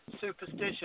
superstitious